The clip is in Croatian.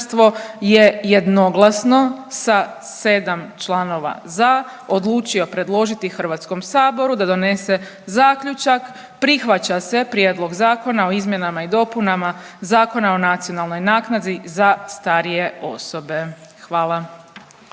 je jednoglasno sa 7 članova za odlučio predložiti HS-u da donese zaključak: „Prihvaća se Prijedlog zakona o izmjenama i dopunama Zakona o nacionalnoj naknadi za starije osobe.“. Hvala.